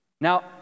Now